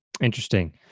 Interesting